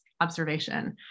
observation